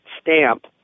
stamp